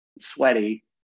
sweaty